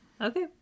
Okay